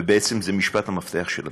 ובעצם זה משפט המפתח של הדוח,